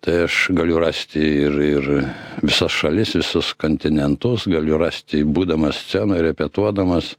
tai aš galiu rasti ir ir visa šalis visus kontinentus galiu rasti būdamas scenoje repetuodamas